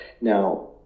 Now